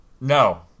No